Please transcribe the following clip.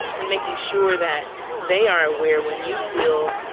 and making sure that they are aware when you feel